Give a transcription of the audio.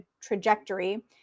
trajectory